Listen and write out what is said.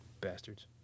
Bastards